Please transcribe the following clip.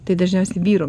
tai dažniausiai vyro